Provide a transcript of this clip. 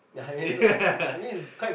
it's yeah